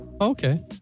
Okay